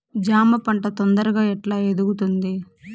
జామ పంట తొందరగా ఎట్లా ఎదుగుతుంది?